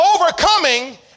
overcoming